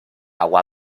agua